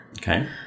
Okay